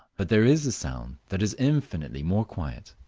but there is a sound that is infinitely more quiet.